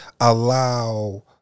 allow